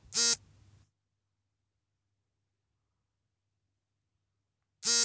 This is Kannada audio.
ಸಾಲದ ಮಂಜೂರಾತಿಗೆ ಇತರೆ ಶುಲ್ಕಗಳ ಏನಾದರೂ ಸೌಲಭ್ಯ ಉಂಟೆ?